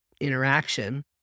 interaction